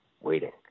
waiting